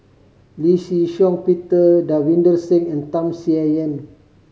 Lee Shih Shiong Peter Davinder Singh and Tham Sien Yen